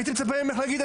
הייתי מצפה ממך להגיד,